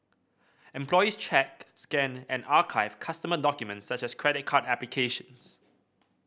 employees check scan and archive customer documents such as credit card applications